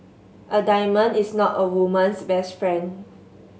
a diamond is not a woman's best friend